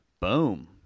Boom